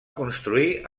construir